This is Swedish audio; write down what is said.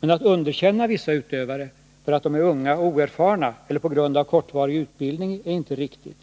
Men att underkänna vissa utövare för att de är unga och oerfarna eller på grund av kortvarig utbildning är inte riktigt.